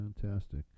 Fantastic